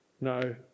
No